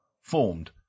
Formed